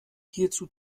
hierzu